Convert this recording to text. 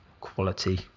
quality